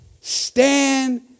Stand